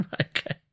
Okay